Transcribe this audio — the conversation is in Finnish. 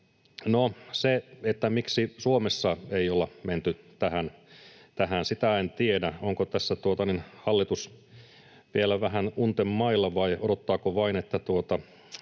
No, miksi Suomessa ei olla menty tähän? Sitä en tiedä. Onko tässä hallitus vielä vähän unten mailla vai odottaako vain, että